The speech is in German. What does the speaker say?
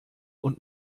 und